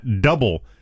double